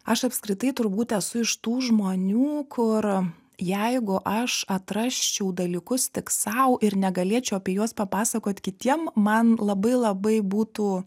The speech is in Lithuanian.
aš apskritai turbūt esu iš tų žmonių kur jeigu aš atrasčiau dalykus tik sau ir negalėčiau apie juos papasakot kitiem man labai labai būtų